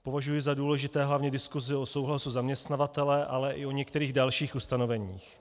Považuji za důležité hlavně diskusi o souhlasu zaměstnavatele, ale i o některých dalších ustanoveních.